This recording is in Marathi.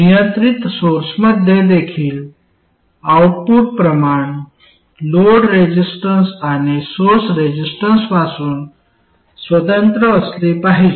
नियंत्रित सोर्समध्ये देखील आउटपुट प्रमाण लोड रेसिस्टन्स आणि सोर्स रेसिस्टन्सपासून स्वतंत्र असले पाहिजे